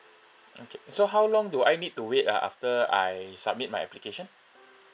okay so how long do I need to wait ah after I submit my application